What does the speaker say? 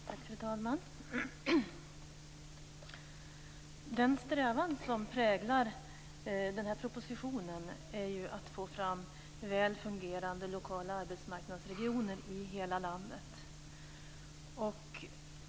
Fru talman! Den strävan som präglar den här propositionen är att få fram väl fungerande lokala arbetsmarknadsregioner i hela landet.